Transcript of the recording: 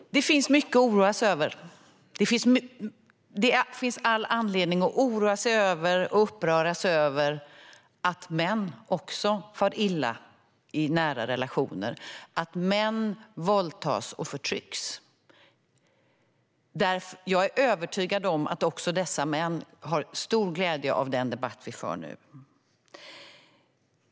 Herr talman! Det finns mycket att oroa sig över. Det finns all anledning att oroa sig och uppröras över att män också far illa i nära relationer och att män våldtas och förtrycks. Jag är övertygad om att också dessa män har stor glädje av den debatt vi för nu.